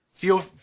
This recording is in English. feel